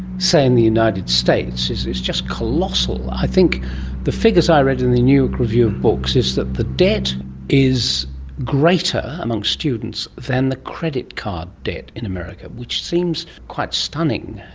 say, in the united states is is just colossal. i think the figures i read in the new york review of books is that the debt is greater amongst students than the credit card debt in america, which seems quite stunning.